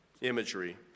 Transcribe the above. imagery